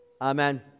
Amen